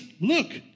look